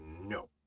no